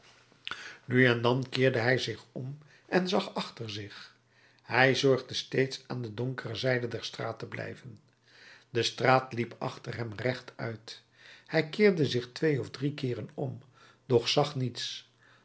nu en dan keerde hij zich om en zag achter zich hij zorgde steeds aan de donkere zijde der straat te blijven de straat liep achter hem rechtuit hij keerde zich twee of drie keeren om doch zag niets